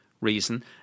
reason